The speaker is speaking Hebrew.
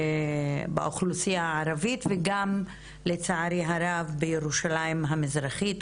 באוכלוסייה הערבית וגם לצערי הרב בירושלים המזרחית,